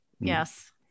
Yes